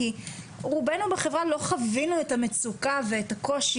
כי רובנו בחברה לא חווינו את המצוקה ואת הקושי